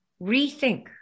rethink